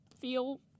feel